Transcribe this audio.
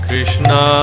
Krishna